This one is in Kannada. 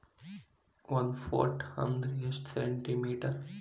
ಒಂದು ಫೂಟ್ ಅಂದ್ರ ಎಷ್ಟು ಸೆಂಟಿ ಮೇಟರ್?